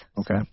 Okay